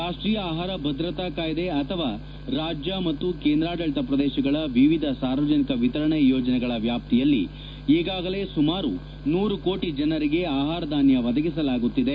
ರಾಷ್ಷೀಯ ಆಹಾರ ಭದ್ರತಾ ಕಾಯ್ದೆ ಅಥವಾ ರಾಜ್ಯ ಮತ್ತು ಕೇಂದ್ರಾಡಳಿತ ಪ್ರದೇಶಗಳ ವಿವಿಧ ಸಾರ್ವಜನಿಕ ವಿತರಣೆ ಯೋಜನೆಗಳ ವ್ಯಾಪ್ತಿಯಲ್ಲಿ ಈಗಾಗಲೇ ಸುಮಾರು ನೂರು ಕೋಟಿ ಜನರಿಗೆ ಆಹಾರ ಧಾನ್ನ ಒದಗಿಸಲಾಗುತ್ತಿದೆ